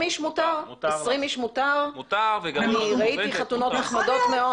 אני ראיתי חתונות נחמדות מאוד.